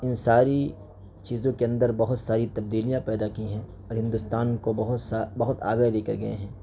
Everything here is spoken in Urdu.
ان ساری چیزوں کے اندر بہت ساری تبدیلیاں پیدا کی ہیں اور ہندوستان کو بہت سا بہت آگے لے کر گئے ہیں